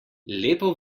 lepo